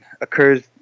occurs